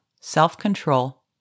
self-control